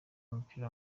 w’umupira